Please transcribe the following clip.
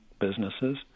businesses